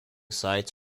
sites